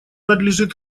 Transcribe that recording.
надлежит